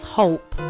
hope